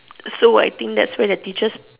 so I think that's where the teachers